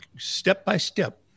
step-by-step